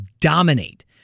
dominate